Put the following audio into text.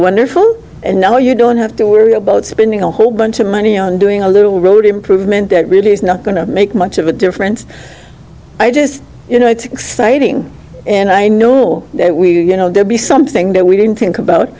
wonderful and now you don't have to worry about spending a whole bunch of money on doing a little road improvement that really is not going to make much of a difference i just you know it's exciting and i know that we you know there'd be something that we didn't think about